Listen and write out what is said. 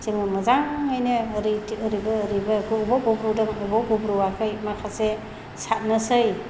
जोङो मोजाङैनो ओरैबो ओरैबो बबेयाव गुब्रुदों बबेयाव गुब्रुवाखै माखासे सारनोसै